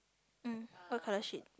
mm white colour sheet